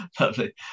Lovely